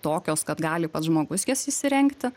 tokios kad gali pats žmogus jas įsirengti